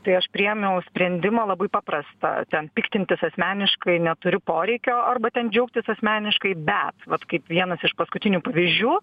tai aš priėmiau sprendimą labai paprastą ten piktintis asmeniškai neturiu poreikio arba ten džiaugtis asmeniškai bet vat kaip vienas iš paskutinių pavyzdžių